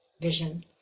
Vision